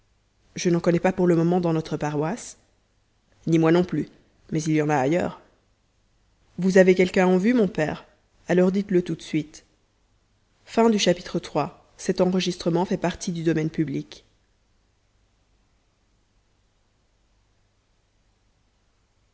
je n'en connais pas pour le moment dans notre paroisse ni moi non plus mais il y en a ailleurs vous avez quelqu'un en vue mon père alors dites-le tout de suite